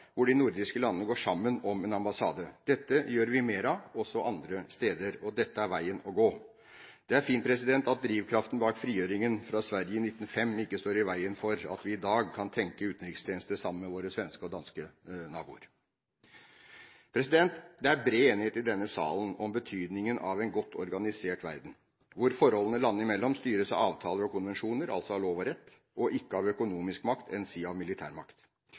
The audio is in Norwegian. hvor de nordiske landene går sammen om en ambassade. Dette gjør vi mer av også andre steder – dette er veien å gå. Det er fint at drivkraften bak frigjøringen fra Sverige i 1905 ikke står i veien for at vi i dag kan tenke utenrikstjeneste sammen med våre svenske og danske naboer! Det er bred enighet i denne salen om betydningen av en godt organisert verden, hvor forholdene landene imellom styres av avtaler og konvensjoner, altså av lov og rett, og ikke av økonomisk makt, enn si av